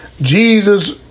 Jesus